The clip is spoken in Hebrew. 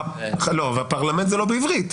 פרלמנט זה לא בעברית.